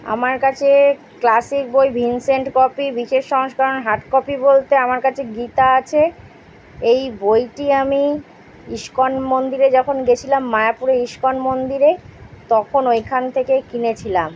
আমার কাছে ক্লাসিক বই ভিনসেন্ট কপি বিশেষ সংস্করণ হার্ড কপি বলতে আমার কাছে গীতা আছে এই বইটি আমি ইস্কন মন্দিরে যখন গেছিলাম মায়াপুরে ইস্কন মন্দিরে তখন ওইখান থেকে কিনেছিলাম